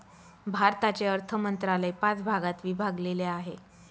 भारताचे अर्थ मंत्रालय पाच भागात विभागलेले आहे